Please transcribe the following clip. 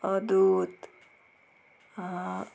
अदूत